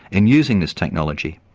in using this technology,